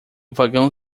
vagão